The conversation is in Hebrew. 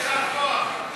יישר כוח.